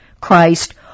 Christ